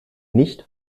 nicht